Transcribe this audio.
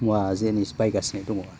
मुवा जिनिस बायगासिनो दङ आरोखि